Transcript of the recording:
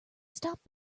stop